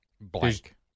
Black